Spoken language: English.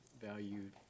valued